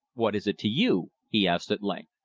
what is it to you? he asked at length.